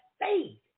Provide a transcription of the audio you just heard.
faith